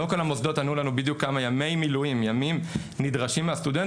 לא כל המוסדות ענו לנו בדיוק כמה ימי מילואים נדרשים מהסטודנט.